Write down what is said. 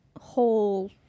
whole